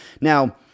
Now